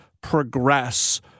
progress